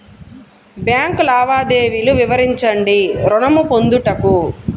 Bank లావాదేవీలు వివరించండి ఋణము పొందుటకు?